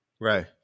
Right